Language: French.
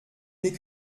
n’est